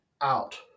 out